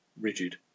rigid